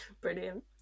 brilliant